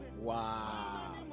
Wow